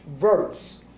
verse